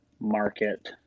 market